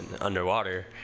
underwater